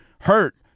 hurt